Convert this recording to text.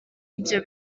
ibyo